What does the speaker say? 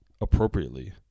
appropriately